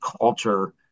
culture